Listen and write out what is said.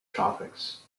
tropics